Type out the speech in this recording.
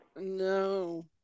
no